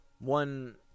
one